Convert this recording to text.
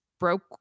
broke